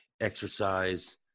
exercise